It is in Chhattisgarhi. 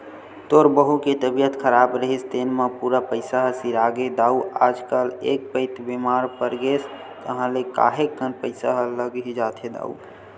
तोर बहू के तबीयत खराब रिहिस तेने म पूरा पइसा ह सिरागे दाऊ आजकल एक पइत बेमार परगेस ताहले काहेक कन पइसा ह लग ही जाथे दाऊ